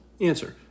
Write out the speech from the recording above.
Answer